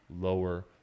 lower